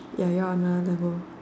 ya you all on another level